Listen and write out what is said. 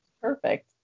perfect